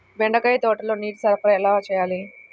బెండకాయ తోటలో నీటి సరఫరా ఎలా చేయాలి?